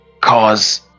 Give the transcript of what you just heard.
cause